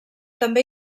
també